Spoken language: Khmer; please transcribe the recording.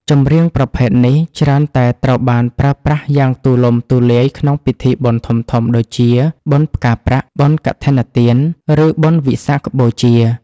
ចម្រៀងប្រភេទនេះច្រើនតែត្រូវបានប្រើប្រាស់យ៉ាងទូលំទូលាយក្នុងពិធីបុណ្យធំៗដូចជាបុណ្យផ្កាប្រាក់ បុណ្យកឋិនទាន ឬបុណ្យវិសាខបូជា